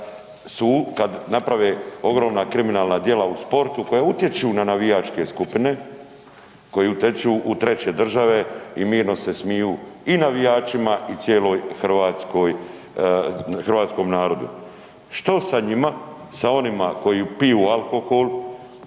su, kad naprave ogromna kriminalna dijela u sportu koja utječu na navijačke skupine koje uteču u treće države i mirno se smiju i navijačima i cijeloj Hrvatskoj, hrvatskom narodu. Što sa njima, sa onima koji piju alkohol